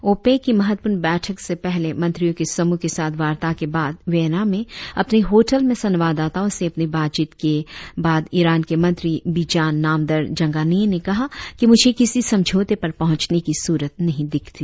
OPEC की महत्वपूर्ण बैठक से पहले मंत्रियों के समुह के साथ वार्ता के बाद वियना में अपने होटल में संवाददाताओं से अपनी बातचीत के बार ईरान के मंत्री बिजान नामदार जंगानेह ने कहा कि मुझे किसी समझौते पर पहूंचने की सूरत नही दिखती